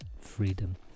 freedom